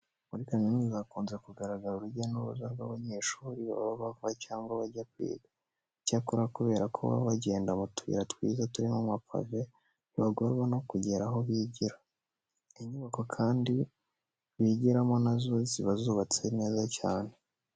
Muri kaminuza hakunze kugaragara urujya n'uruza rw'abanyeshuri baba bava cyangwa bajya kwiga. Icyakora kubera ko baba bagenda mu tuyira twiza turimo amapave ntibagorwa no kugera aho bigira. Inyubako kandi bigiramo na zo ziba zubatse neza cyane.